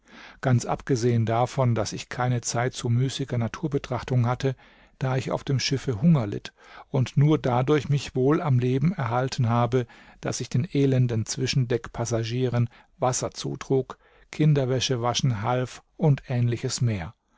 ganz abgesehen davon daß ich keine zeit zu müßiger naturbetrachtung hatte da ich auf dem schiffe hunger litt und nur dadurch mich wohl am leben erhalten habe daß ich den elenden zwischendeckpassagieren wasser zutrug kinderwäsche waschen half und ähnliches mehr